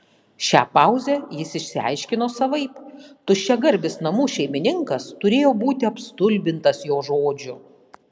šią pauzę jis išsiaiškino savaip tuščiagarbis namų šeimininkas turėjo būti apstulbintas jo žodžių